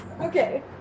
Okay